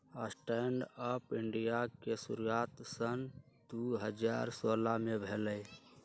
stand up India के शुरुआत सन दू हज़ार सोलह में भेलइ